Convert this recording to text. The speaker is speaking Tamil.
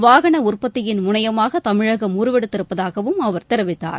வாகன உற்பத்தியின் முனையமாக தமிழகம் உருவெடுத்திருப்பதாகவும் அவர் தெரிவித்தார்